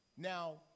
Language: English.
Now